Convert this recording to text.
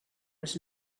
was